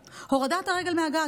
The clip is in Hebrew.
מהגז, הורדת הרגל מהגז.